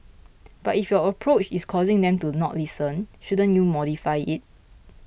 but if your approach is causing them to not listen shouldn't you modify it